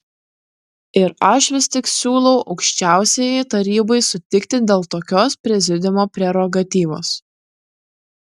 ir aš vis tik siūlau aukščiausiajai tarybai sutikti dėl tokios prezidiumo prerogatyvos